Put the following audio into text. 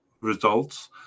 results